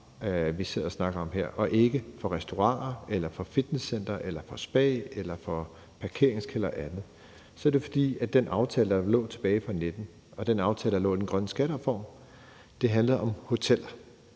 vi sidder og snakker om her, og ikke varme til restauranter, fitnesscentre, spa, parkeringskældre og andet, så er det, fordi den aftale, der lå tilbage fra 2019, og den aftale, der lå i den grønne skattereform, handler om hoteller.